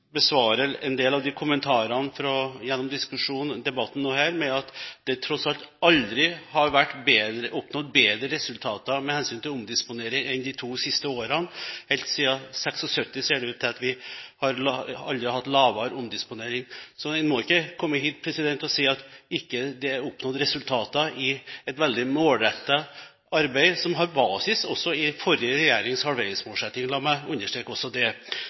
en del av kommentarene i debatten med at det tross alt aldri har vært oppnådd bedre resultater med hensyn til omdisponering enn de to siste årene. Det ser ut til at vi aldri har hatt lavere omdisponering siden 1976. Så en må ikke komme hit og si at det ikke er oppnådd resultater i et veldig målrettet arbeid, som har basis også i forrige regjerings halveringsmålsetting. La meg understreke også det.